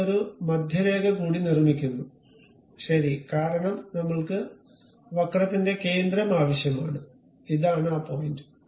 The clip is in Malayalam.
നമ്മൾ ഒരു മധ്യരേഖ കൂടി നിർമ്മിക്കുന്നു ശരി കാരണം നമ്മൾക്ക് വക്രത്തിന്റെ കേന്ദ്രം ആവശ്യമാണ് ഇതാണ് ആ പോയിന്റ്